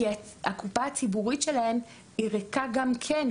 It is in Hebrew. כי הקופה הציבורית שלהן היא ריקה גם כן,